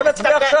מספיק.